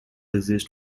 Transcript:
exist